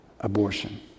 abortion